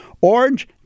Orange